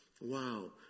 Wow